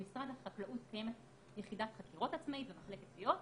במשרד החקלאות קיימת יחידת חקירות עצמאית ומחלקת תביעות